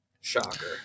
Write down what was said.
Shocker